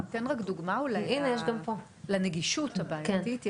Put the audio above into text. אני כן אתן דוגמה אולי לנגישות הבעייתיות.